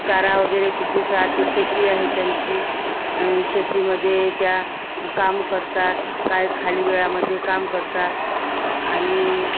चारा वगैरे तिथेच राहते शेती आहे त्यांची आणि शेतीमध्ये त्या काम करतात काय खाली वेळामध्ये काम करतात आणि